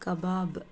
kebab